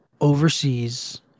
overseas